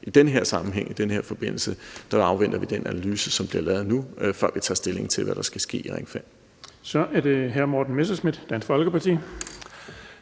i den her sammenhæng, i den her forbindelse afventer vi den analyse, som bliver lavet nu, før vi tager stilling til, hvad der skal ske i Ring 5. Kl. 17:18 Den fg. formand (Erling Bonnesen):